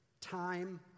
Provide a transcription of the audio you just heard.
time